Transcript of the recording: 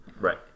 Right